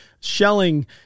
shelling